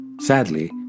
Sadly